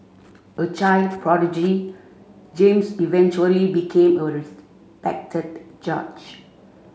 a child prodigy James eventually became a respected judge